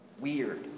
weird